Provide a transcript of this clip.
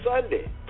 Sunday